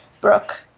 Brooke